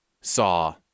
saw